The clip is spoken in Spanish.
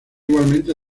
igualmente